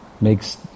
Makes